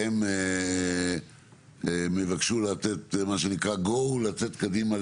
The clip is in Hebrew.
שבהם הם יבקשו לתת מה שנקרא 'GO' לצאת קדימה